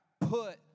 put